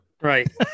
Right